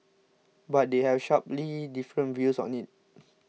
but they have sharply different views on it